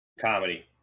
Comedy